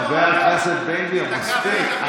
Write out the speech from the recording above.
חבר הכנסת בן גביר, מספיק.